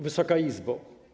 Wysoka Izbo!